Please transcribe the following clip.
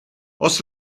oes